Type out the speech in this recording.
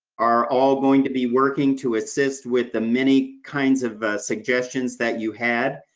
are all going to be working to assist with the many kinds of suggestions that you had.